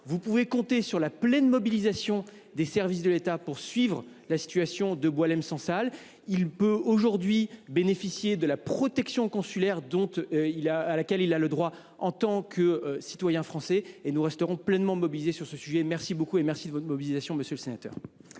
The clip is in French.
Vous pouvez compter sur la pleine mobilisation des services de l’État pour suivre la situation de Boualem Sansal, qui peut aujourd’hui bénéficier de la protection consulaire à laquelle il a droit en tant que citoyen français. Nous resterons pleinement mobilisés sur ce sujet. Merci de votre engagement, monsieur le sénateur